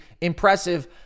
impressive